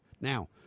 Now